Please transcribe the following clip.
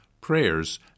prayers